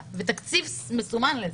ותקציב מסומן לזה.